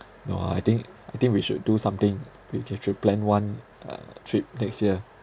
no ah I think I think we should do something we get should plan one uh trip next year